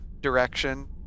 direction